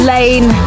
Lane